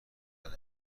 کنید